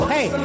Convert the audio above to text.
Hey